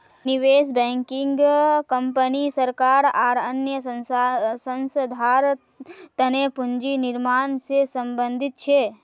निवेश banking company सरकार आर अन्य संस्थार तने पूंजी निर्माण से संबंधित छे